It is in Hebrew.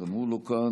גם הוא לא כאן,